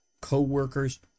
co-workers